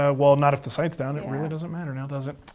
ah well not if the site's down. it really doesn't matter now, does it?